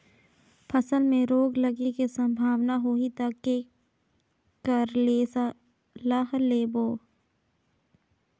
फसल मे रोग लगे के संभावना होही ता के कर ले सलाह लेबो?